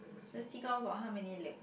the got how many leg